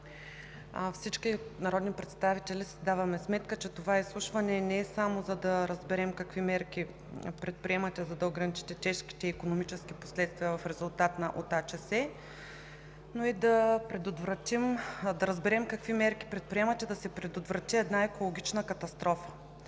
всички народни представители си даваме сметка, че това изслушване не е само, за да разберем какви мерки предприемате, за да ограничите тежките икономически последствия в резултат на АЧС, но и да разберем какви мерки предприемате, за да се предотврати една екологична катастрофа.